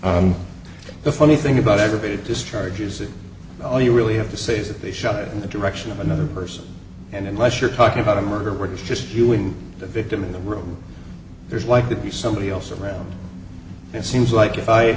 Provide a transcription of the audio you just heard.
free the funny thing about aggravated discharge is it all you really have to say is that they shot it in the direction of another person and unless you're talking about a murderer it's just you and the victim in the room there's likely to be somebody else around it seems like if i